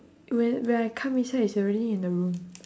when when I come inside it's already in the room